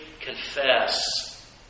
confess